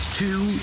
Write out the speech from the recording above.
two